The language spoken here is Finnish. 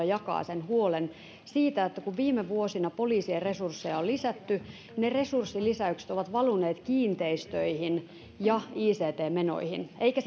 jakaa sen huolen siitä että kun viime vuosina poliisien resursseja on lisätty niin ne resurssilisäykset ovat valuneet kiinteistöihin ja ict menoihin eikä